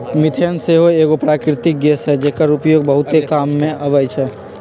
methane सेहो एगो प्राकृतिक गैस हई जेकर उपयोग बहुते काम मे अबइ छइ